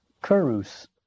Kurus